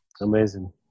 amazing